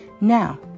Now